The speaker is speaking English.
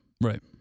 right